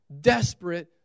desperate